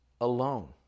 alone